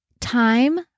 time